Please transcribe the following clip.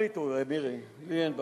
שתחליטו, מירי, לי אין בעיה.